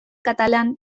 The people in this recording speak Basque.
katalan